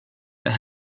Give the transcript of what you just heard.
det